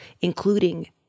including